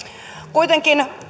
kuitenkin